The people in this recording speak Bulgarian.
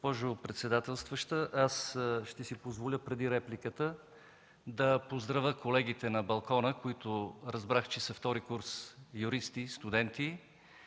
(ГЕРБ): Госпожо председателстваща, ще си позволя преди репликата да поздравя колегите на балкона, които разбрах, че са втори курс юристи, студенти,